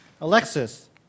Alexis